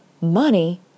money